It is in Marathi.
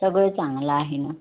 सगळं चांगलं आहे ना